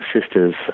Sisters